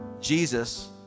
Jesus